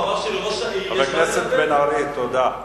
הוא אמר שלראש העיר יש, חבר הכנסת בן-ארי, תודה.